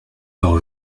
leur